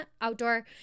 outdoor